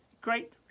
Great